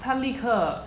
她立刻